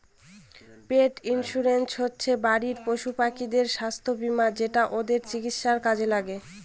পেট insurance হচ্ছে বাড়ির পশুপাখিদের স্বাস্থ্য বীমা যেটা ওদের চিকিৎসার কাজে লাগে